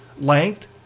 length